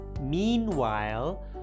Meanwhile